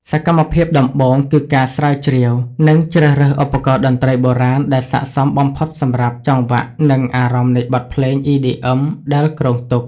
សកម្មភាពដំបូងគឺការស្រាវជ្រាវ និងជ្រើសរើសឧបករណ៍តន្ត្រីបុរាណដែលស័ក្តិសមបំផុតសម្រាប់ចង្វាក់ និងអារម្មណ៍នៃបទភ្លេង EDM ដែលគ្រោងទុក។